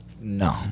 No